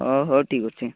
ହଉ ହଉ ଠିକ୍ ଅଛି